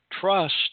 trust